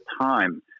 time